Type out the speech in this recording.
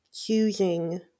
choosing